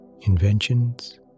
inventions